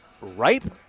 ripe